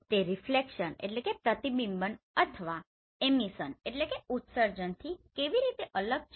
તે રીફ્લેક્સનRefectanceપ્રતિબિંબન અથવા એમીસનEmmisionઉત્સર્જનથી કેવી રીતે અલગ છે